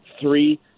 Three